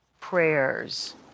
prayers